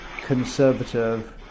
conservative